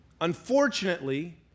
Unfortunately